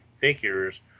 figures